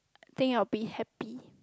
I think I'll be happy